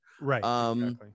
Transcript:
Right